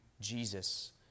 Jesus